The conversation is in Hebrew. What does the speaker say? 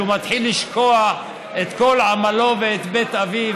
כשהוא מתחיל לשכוח את כל עמלו ואת בית אביו,